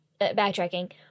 backtracking